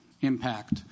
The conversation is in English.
impact